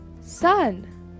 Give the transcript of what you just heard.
Sun